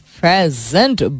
present